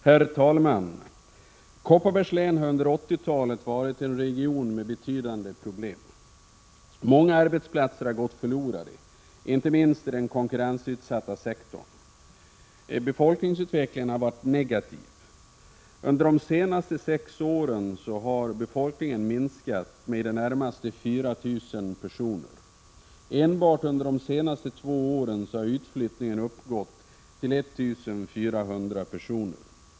Herr talman! Kopparbergs län har under 80-talet varit en region med betydande problem. Många arbetsplatser har gått förlorade, inte minst i den konkurrensutsatta sektorn. Befolkningsutvecklingen har varit negativ. Befolkningen har under de senaste sex åren minskat med i det närmaste 4 000 personer. Enbart de två senaste åren har utflyttningen uppgått till 1 400 personer.